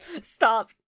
Stop